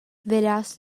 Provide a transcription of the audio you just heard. verás